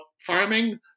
farming